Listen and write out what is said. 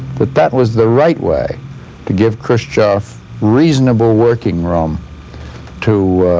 but that was the right way to give khrushchev reasonable working room to